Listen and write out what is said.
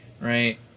right